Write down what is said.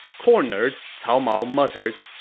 cornered, cao mao muttered,